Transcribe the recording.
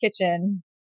kitchen